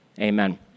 amen